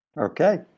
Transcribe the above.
Okay